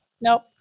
Nope